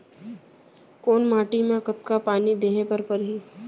कोन माटी म कतका पानी देहे बर परहि?